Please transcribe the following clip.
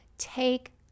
Take